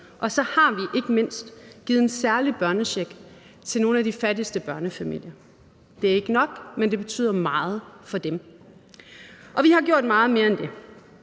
Og så har vi ikke mindst givet en særlig børnecheck til nogle af de fattigste børnefamilier. Det er ikke nok, men det betyder meget for dem. Og vi har gjort meget mere end det.